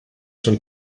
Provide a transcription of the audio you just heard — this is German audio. schon